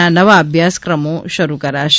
ના નવા અભ્યાસક્રમો શરૂ કરાશે